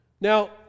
Now